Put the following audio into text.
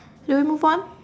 should we move on